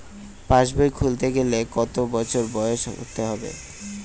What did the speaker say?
পাশবই খুলতে গেলে কত বছর বয়স হতে হবে?